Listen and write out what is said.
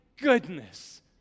goodness